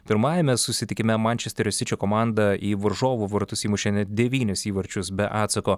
pirmajame susitikime mančesterio sičio komanda į varžovų vartus įmušė net devynis įvarčius be atsako